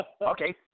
Okay